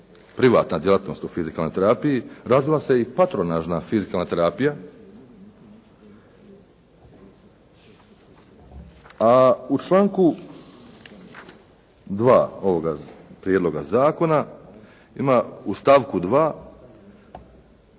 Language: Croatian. privatna djelatnost u fizikalnoj terapiji, razvila se i patronažna fizikalna terapija. A u članku 2. ovoga prijedloga zakona ima u stavku 2.